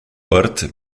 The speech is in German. ort